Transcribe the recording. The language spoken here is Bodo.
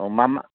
अ मामा